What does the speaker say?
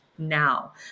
Now